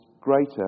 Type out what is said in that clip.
greater